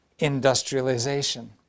industrialization